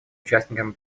участниками